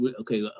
okay